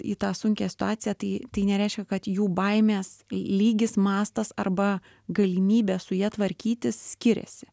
į tą sunkią situaciją tai tai nereiškia kad jų baimės lygis mastas arba galimybė su ja tvarkytis skiriasi